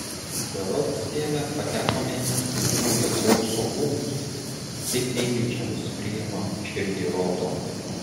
berods tėve patekome į svetingojo dzeuso rūmus taip meiliai čia mus priima širdį rodo